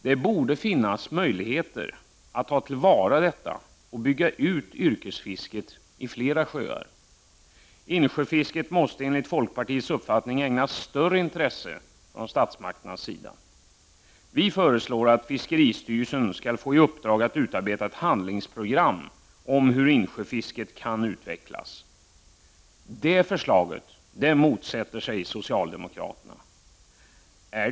Det borde finnas möjligheter att ta till vara detta och bygga ut yrkesfisket i flera sjöar. Insjöfisket måste enligt folkpartiets uppfattning ägnas större intresse från statsmakternas sida. Vi föreslår att fiskeristyrelsen skall få i uppdrag att utarbeta ett handlingsprogram för hur insjöfisket kan utvecklas. Socialdemokraterna motsätter sig det förslaget.